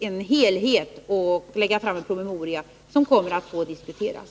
en helhet i en promemoria som skall utarbetas och som därefter får diskuteras.